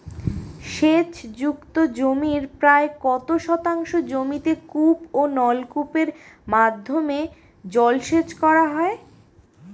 সেচ যুক্ত জমির প্রায় কত শতাংশ জমিতে কূপ ও নলকূপের মাধ্যমে জলসেচ করা হয়?